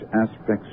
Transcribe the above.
aspects